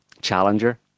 challenger